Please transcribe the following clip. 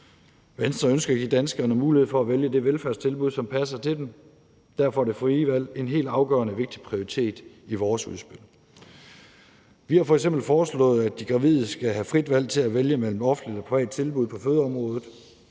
Venstre ønsker at give danskerne mulighed for at vælge det velfærdstilbud, som passer til dem. Derfor er det frie valg en helt afgørende og vigtig prioritet i vores udspil. Vi har f.eks. foreslået, at de gravide skal have frit valg til at vælge mellem offentlige og private tilbud på fødeområdet,